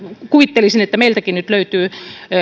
kuvittelisin että meiltäkin löytyy